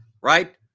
right